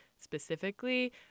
specifically